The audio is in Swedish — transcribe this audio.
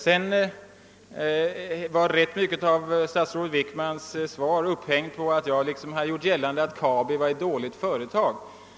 Ganska mycket av statsrådet Wickmans svar var upphängt på att jag hade gjort gällande att Kabi var ett dåligt företag.